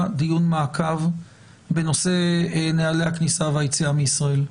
דיון מעקב בנושא נהלי הכניסה והיציאה מישראל.